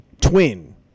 twin